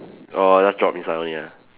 orh just drop inside only ah